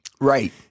Right